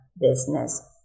business